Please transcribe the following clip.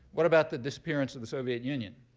what about the disappearance of the soviet union?